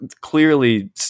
clearly